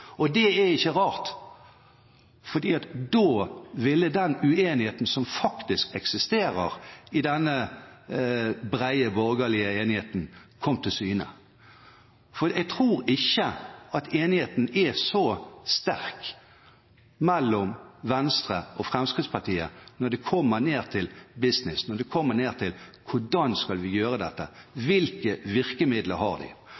og det er ikke rart, fordi da ville den uenigheten som faktisk eksisterer i denne «brede borgerlige enigheten», komme til syne. For jeg tror ikke at enigheten er så sterk mellom Venstre og Fremskrittspartiet når det kommer ned til business og til hvordan skal vi skal gjøre dette, hvilke virkemidler vi har.